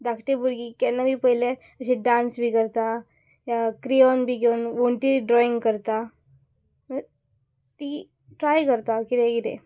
धाकटी भुरगीं केन्ना बी पयलें अशें डांस बी करता या क्रियोन बी घेवन वण्टी ड्रॉइंग करता ती ट्राय करता कितें कितें